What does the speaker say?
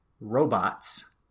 robots